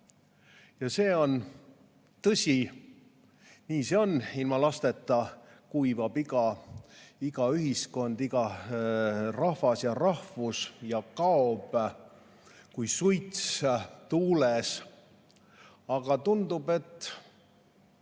See on tõsi, nii see on, ilma lasteta kuivab kokku iga ühiskond, iga rahvas ja rahvus, see kaob kui suits tuules. Aga tundub, et